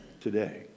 today